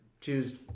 choose